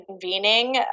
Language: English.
convening